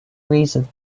reason